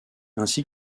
ainsi